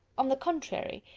on the contrary,